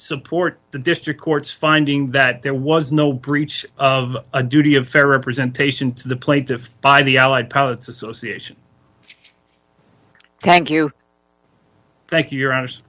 support the district courts finding that there was no breach of a duty of fair representation to the plaintiff by the allied pilots association thank you thank you your ho